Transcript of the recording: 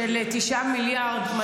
של 9 מיליארד.